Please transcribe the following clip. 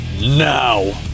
now